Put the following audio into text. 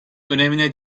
önemine